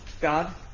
God